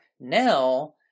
now